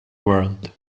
world